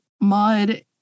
mud